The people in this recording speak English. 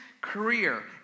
career